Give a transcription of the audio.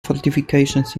fortifications